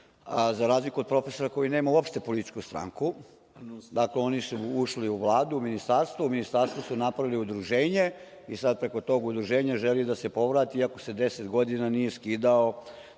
za razliku od profesora koji nema uopšte političku stranku. Dakle, oni su ušli u Vladu, u ministarstvo, u ministarstvu su napravili udruženje i sada preko tog udruženja želi da se povrati, i ako se 10 godina nije skidao